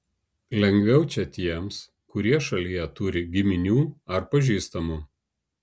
lengviau čia tiems kurie šalyje turi giminių ar pažįstamų